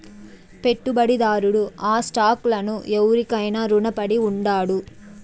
పెట్టుబడిదారుడు ఆ స్టాక్ లను ఎవురికైనా రునపడి ఉండాడు